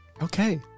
Okay